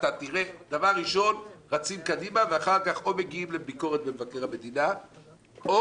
דבר ראשון רצים קדימה ואחר כך או מגיעים לביקורת אצל מבקר המדינה או